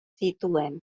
zituen